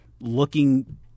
looking